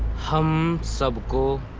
um some local